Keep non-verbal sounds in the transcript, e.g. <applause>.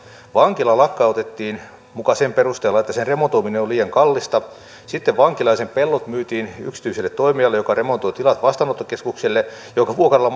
vankila lakkautettiin muka sen perusteella että sen remontoiminen on liian kallista sitten vankila ja sen pellot myytiin yksityiselle toimijalle joka remontoi tilat vastaanottokeskukselle jonka vuokralla <unintelligible>